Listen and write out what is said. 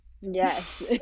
Yes